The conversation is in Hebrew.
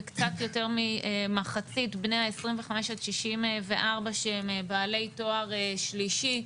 וקצת יותר ממחצית בני ה-25 עד 64 שהם בעלי תואר שלישי.